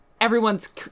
Everyone's